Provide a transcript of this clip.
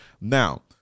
Now